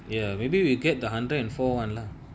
ya maybe we'll get the hundred and four one lah